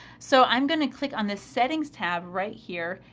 so, i'm going to click on this settings tab right here.